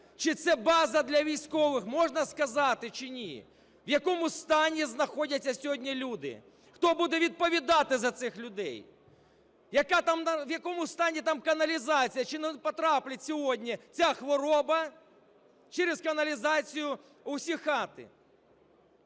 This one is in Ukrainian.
чи це база для військових, можна сказати чи ні? В якому стані знаходяться сьогодні люди? Хто буде відповідати за цих людей? В якому стані там каналізація, чи не потрапить сьогодні ця хвороба через каналізацію у всі хати?